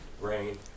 rain